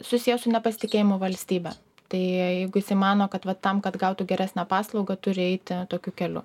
susiję su nepasitikėjimu valstybe tai jeigu jisai mano kad va tam kad gautų geresnę paslaugą turi eiti tokiu keliu